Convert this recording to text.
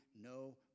no